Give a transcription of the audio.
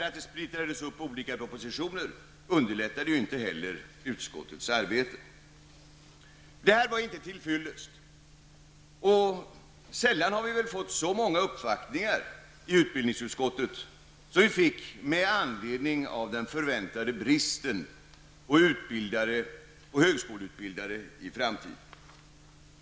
Att detta splittrades upp på olika propositioner underlättade inte heller utskottets arbete. Detta var inte till fyllest. Och sällan har vi fått så många uppvaktningar i utbildningsutskottet som vi fick med anledning av den förväntade bristen på högskoleutbildade i framtiden.